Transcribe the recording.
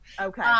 okay